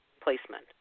placement